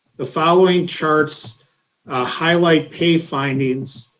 the following charts ah highlight pay findings